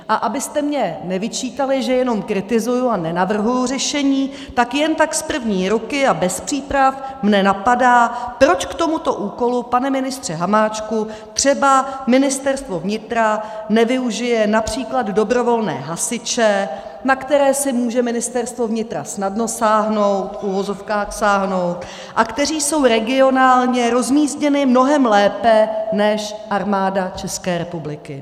A abyste mně nevyčítali, že jenom kritizuji a nenavrhuji řešení, tak jen tak z první ruky a bez příprav mě napadá, proč k tomuto úkolu, pane ministře Hamáčku, třeba Ministerstvo vnitra nevyužije například dobrovolné hasiče, na které si může Ministerstvo vnitra snadno sáhnout, v uvozovkách sáhnout, a kteří jsou regionálně rozmístěni mnohem lépe než Armáda České republiky.